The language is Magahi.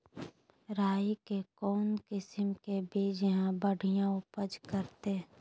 राई के कौन किसिम के बिज यहा बड़िया उपज करते?